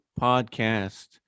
podcast